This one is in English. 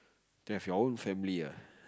to have your own family ah